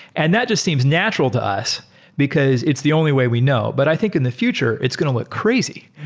and that just seems natural to us because it's the only way we know. but i think in the future, it's going to look crazy.